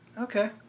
Okay